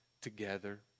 together